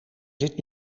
zit